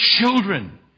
children